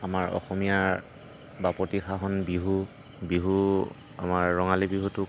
আমাৰ অসমীয়াৰ বাপতিসাহোন বিহু বিহু আমাৰ ৰঙালী বিহুটোক